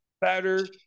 better